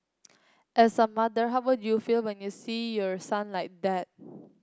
as a mother how would you feel when you see your son like that